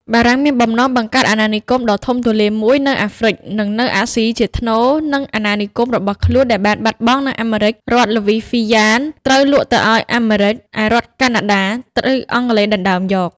បារាំងមានបំណងបង្កើតអាណានិគម ដ៏ធំទូលាយមួយនៅ អាហ្វ្រិច និងនៅអាស៊ីជាថ្នូរ នឹង អាណានិគមរបស់ខ្លួនដែលបានបាត់បង់នៅអាមេរិករដ្ឋល្វីស៊ីយ៉ានត្រូវលក់ទៅឱ្យអាមេរិក ឯរដ្ឋកាណាដាត្រូវអង់គ្លេសដណ្ដើមយក។